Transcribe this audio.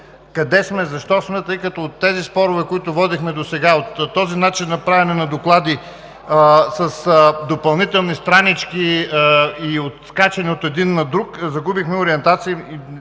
къде сме, защо сме, тъй като от тези спорове, които водихме досега, от този начин на правене на доклади с допълнителни странички и качени от един на друг, загубихме ориентация.